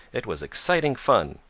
it was exciting fun!